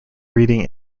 reading